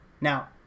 Now